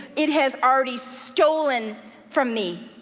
it has already stolen from me.